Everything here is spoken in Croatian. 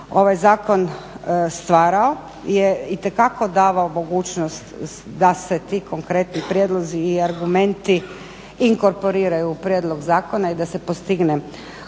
ovaj zakon stvarao je itekako davao mogućnost da se ti konkretni prijedlozi i argumenti inkorporiraju u prijedlog zakona i da se postigne konsenzus.